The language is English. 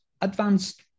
advanced